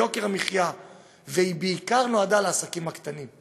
ליוקר המחיה והיא בעיקר נועדה לעסקים הקטנים,